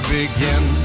begin